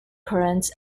currents